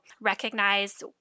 recognize